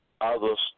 Others